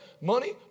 money